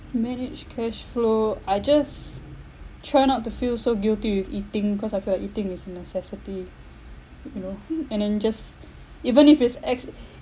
manage cash flow I just try not to feel so guilty with eating cause I feel like eating is a necessity you know and then just even if it's ex~